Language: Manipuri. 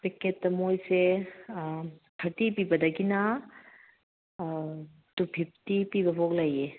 ꯄꯦꯀꯦꯠꯇ ꯃꯣꯏꯁꯦ ꯊꯔꯇꯤ ꯄꯤꯕꯗꯒꯤꯅ ꯇꯨ ꯐꯤꯞꯇꯤ ꯄꯤꯕꯐꯥꯎ ꯂꯩꯌꯦ